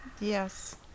Yes